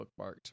bookmarked